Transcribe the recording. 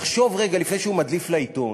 לחשוב רגע לפני שהוא מדליף לעיתון.